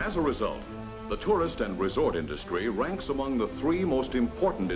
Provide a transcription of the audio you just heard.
as a result the tourist and resort industry ranks among the three most important